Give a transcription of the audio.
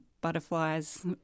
butterflies